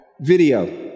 Video